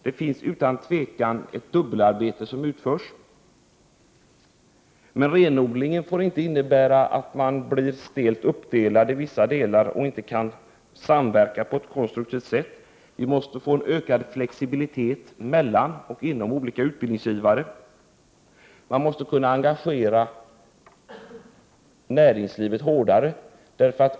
Utan tvivel utförs det nu ett dubbelarbete. Men renodlingen får inte innebära en stel uppdelning och att man inte kan samverka på ett konstruktivt sätt. Vi måste få en ökad flexibilitet mellan och inom olika utbildningsgivare. Man måste kunna engagera näringslivet hårdare.